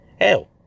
Hell